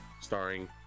starring